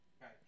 right